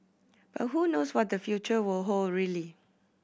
but who knows what the future will hold really